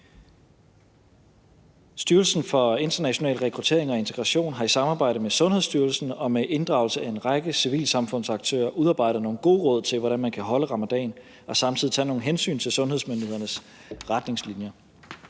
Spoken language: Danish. Styrelsen for International Rekruttering og Integration har i samarbejde med Sundhedsstyrelsen og med inddragelse af en række civilsamfundsaktører udarbejdet nogle gode råd til, hvordan man kan holde ramadan og samtidig tage nogle hensyn til sundhedsmyndighedernes retningslinjer.